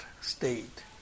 state